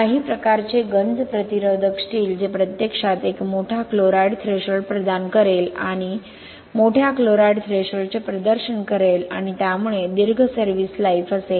काही प्रकारचे गंज प्रतिरोधक स्टील जे प्रत्यक्षात एक मोठा क्लोराईड थ्रेशोल्ड प्रदान करेल आणिकिंवा मोठ्या क्लोराईड थ्रेशोल्डचे प्रदर्शन करेल आणि त्यामुळे दीर्घ सर्व्हिस लाईफ असेल